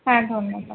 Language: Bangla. হ্যাঁ ধন্যবাদ